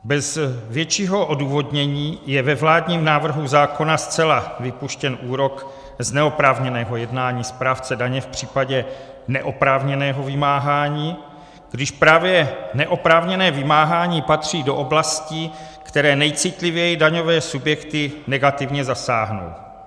Bez většího odůvodnění je ve vládním návrhu zákona zcela vypuštěn úrok z neoprávněného jednání správce daně v případě neoprávněného vymáhání, když právě neoprávněné vymáhání patří do oblastí, které nejcitlivěji daňové subjekty negativně zasáhnou.